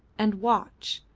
and watch,